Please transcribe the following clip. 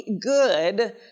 good